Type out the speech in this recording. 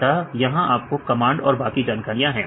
अतः यहां आपके कमांड और बाकी जानकारियाँ हैं